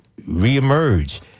reemerge